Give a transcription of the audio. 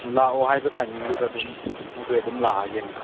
ꯂꯥꯛꯑꯣ ꯍꯥꯏꯕ ꯇꯥꯏꯃꯤꯡꯗꯨꯗ ꯑꯗꯨꯝ ꯑꯩꯈꯣꯏ ꯑꯗꯨꯝ ꯂꯥꯛꯑꯒꯦꯅꯦ